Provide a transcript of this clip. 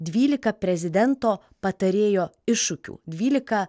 dvylika prezidento patarėjo iššūkių dvylika